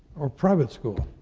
or private school,